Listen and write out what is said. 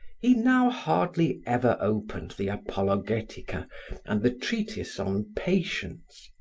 he now hardly ever opened the apologetica and the treatise on patience.